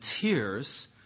tears